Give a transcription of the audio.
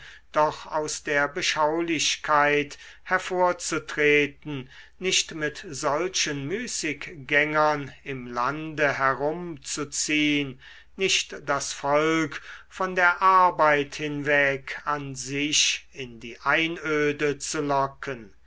doch aus der beschaulichkeit hervorzutreten nicht mit solchen müßiggängern im lande herumzuziehn nicht das volk von der arbeit hinweg an sich in die einöde zu locken